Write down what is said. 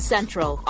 Central